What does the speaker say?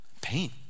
pain